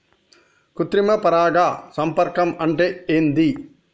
కృత్రిమ పరాగ సంపర్కం అంటే ఏంది?